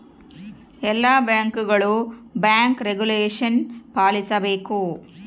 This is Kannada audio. ಎಲ್ಲ ಬ್ಯಾಂಕ್ಗಳು ಬ್ಯಾಂಕ್ ರೆಗುಲೇಷನ ಪಾಲಿಸಬೇಕು